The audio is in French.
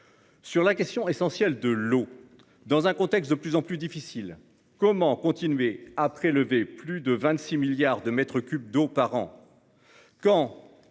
Sur la question essentielle de l'eau dans un contexte de plus en plus difficile. Comment continuer à prélever plus de 26 milliards de mètres cubes d'eau par an.